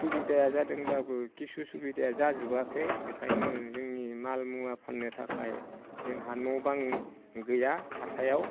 सुबिदाया जादोंब्लाबो किसु सुबिदाया जाजोबाखै ओंखायनो जोंनि माल मुवा फाननो थाखाय जोंहा न' बां गैया हाथायाव